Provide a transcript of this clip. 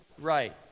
right